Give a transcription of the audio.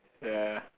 ya